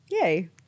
Yay